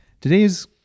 Today's